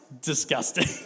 disgusting